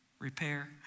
repair